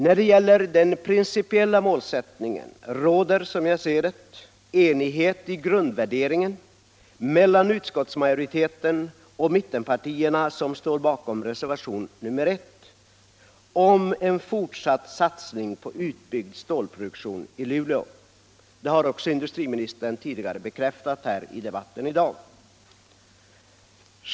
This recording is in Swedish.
När det gäller den principiella målsättningen råder, som jag ser det, enighet i grundvärderingen mellan utskottsmajoriteten och mittenpartierna, som står bakom reservationen 1, om en fortsatt satsning på utbyggd stålproduktion i Luleå. Det har också industriministern bekräftat under debatten i dag.